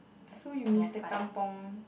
so you miss the Kampung